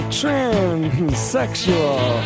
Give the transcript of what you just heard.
transsexual